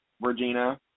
Regina